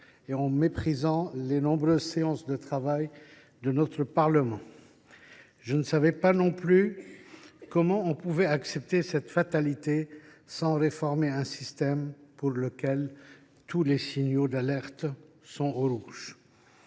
et méprisant les nombreuses séances de travail de notre Parlement. Je ne savais pas non plus qu’il était possible d’accepter cette fatalité et de choisir de ne pas réformer un système pour lequel tous les signaux d’alerte sont au rouge.